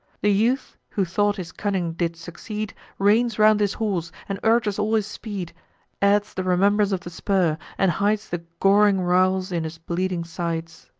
the youth, who thought his cunning did succeed, reins round his horse, and urges all his speed adds the remembrance of the spur, and hides the goring rowels in his bleeding sides.